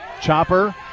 Chopper